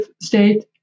state